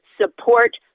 support